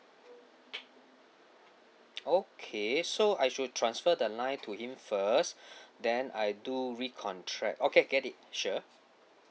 okay so I should transfer the line to him first then I do recontract okay get it sure